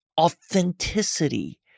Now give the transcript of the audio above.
authenticity